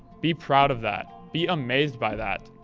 be proud of that. be amazed by that.